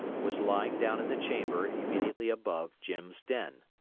was lying down in the chamber immediately above jim's den.